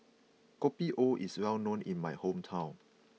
Kopi O is well known in my hometown